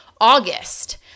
August